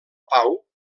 pau